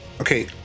Okay